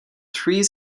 three